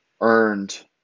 earned